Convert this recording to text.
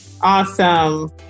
Awesome